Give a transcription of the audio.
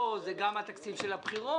זה גם התקציב של הבחירות.